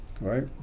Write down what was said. right